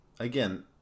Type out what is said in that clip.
Again